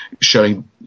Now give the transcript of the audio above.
showing